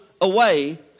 away